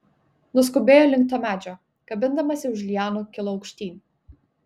nuskubėjo link to medžio kabindamasi už lianų kilo aukštyn